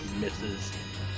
misses